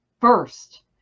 first